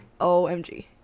OMG